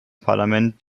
parlament